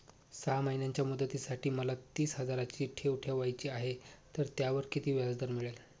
सहा महिन्यांच्या मुदतीसाठी मला तीस हजाराची ठेव ठेवायची आहे, तर त्यावर किती व्याजदर मिळेल?